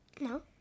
No